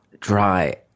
dry